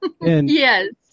Yes